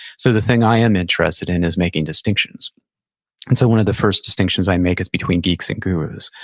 so the thing i am interested in is making distinctions and so one of the first distinctions i make is between geeks and gurus.